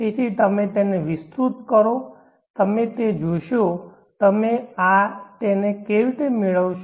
તેથી તમે તેને વિસ્તૃત કરો તમે તે જોશો તમે તેને આ રીતે મેળવશો